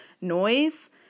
noise